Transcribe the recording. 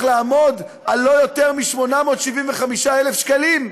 מחיר הדירה צריך להיות לא יותר מ-875,000 שקלים,